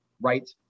right